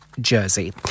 Jersey